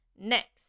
Next